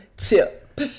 chip